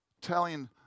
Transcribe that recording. telling